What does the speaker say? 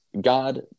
God –